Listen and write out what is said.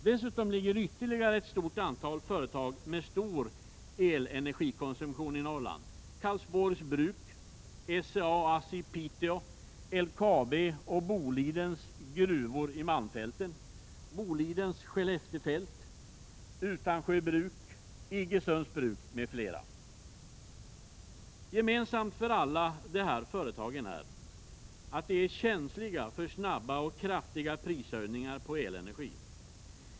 Dessutom ligger ytterligare ett stort antal företag med stor elenergikonsumtion i Norrland — Karlsborgs Bruk, SCA och ASSI i Piteå, LKAB:s och Bolidens gruvor i Malmfälten, Bolidens Skellefteåfält, Utansjö Bruk, Iggesunds Bruk m.fl. Gemensamt för alla dessa företag är att de är känsliga för snabba och kraftiga höjningar av priset på elenergi.